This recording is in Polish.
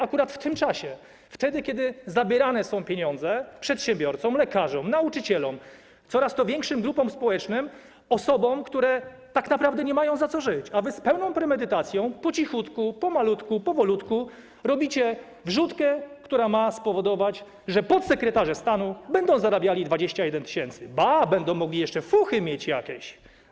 Akurat w tym czasie, wtedy kiedy zabierane są pieniądze przedsiębiorcom, lekarzom, nauczycielom, coraz to większym grupom społecznym, osobom, które nie mają za co żyć, wy z pełną premedytacją, po cichutku, pomalutku, powolutku robicie wrzutkę, która ma spowodować, że podsekretarze stanu będą zarabiali 21 tys. Ba, będą mogli mieć jeszcze jakieś fuchy.